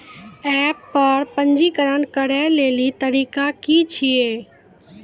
App पर पंजीकरण करै लेली तरीका की छियै?